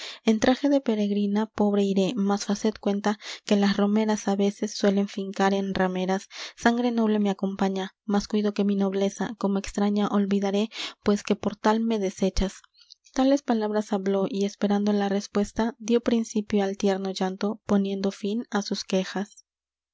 en traje de peregrina pobre iré mas faced cuenta que las romeras á veces suelen fincar en rameras sangre noble me acompaña mas cuido que mi nobleza como extraña olvidaré pues que por tal me desechas tales palabras habló y esperando la respuesta dió principio al tierno llanto poniendo fin á sus quejas